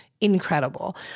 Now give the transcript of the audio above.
Incredible